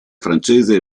francese